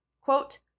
quote